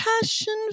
passion